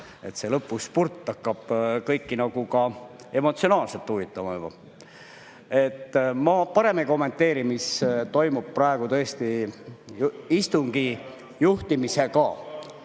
see lõpuspurt hakkab kõiki nagu emotsionaalselt huvitama. Ma parem ei kommenteeri seda, mis toimub praegu istungi juhtimisega.